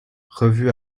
revu